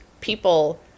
people